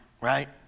right